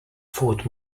fort